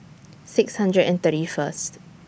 six hundred and thirty First